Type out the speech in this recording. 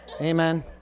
Amen